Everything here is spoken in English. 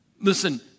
Listen